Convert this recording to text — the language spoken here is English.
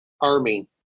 army